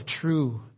true